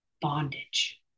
bondage